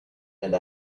and